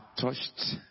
touched